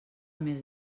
més